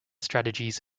strategies